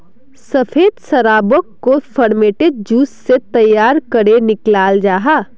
सफ़ेद शराबोक को फेर्मेंतेद जूस से तैयार करेह निक्लाल जाहा